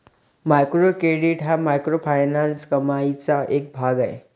micro credit हा microfinance कमाईचा एक भाग आहे